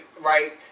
right